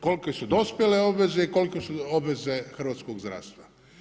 Kolike su dospjele obveze i kolike su obveze hrvatskog zdravstva.